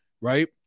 right